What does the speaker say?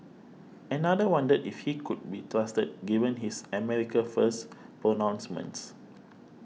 another wondered if he could be trusted given his America First Pronouncements